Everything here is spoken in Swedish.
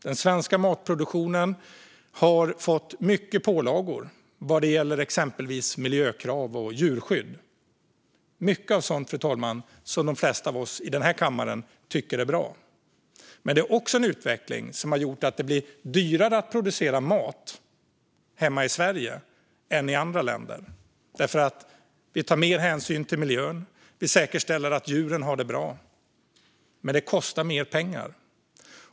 Den svenska matproduktionen har fått mycket pålagor i form av exempelvis miljökrav och djurskydd, och mycket av detta tycker de flesta av oss i den här kammaren är bra. Men det är också en utveckling som har gjort att det blir dyrare att producera mat hemma i Sverige än i andra länder, eftersom vi tar mer hänsyn till miljön och säkerställer att djuren har det bra. Det kostar mer pengar.